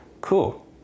Cool